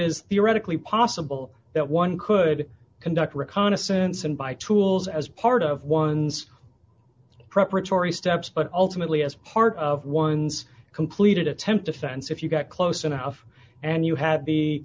is theoretically possible that one could conduct reconnaissance and buy tools as part of one's preparatory steps but ultimately as part of one's completed attempt offense if you got close enough and you had